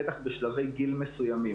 בטח בשלבי גיל מסוימים.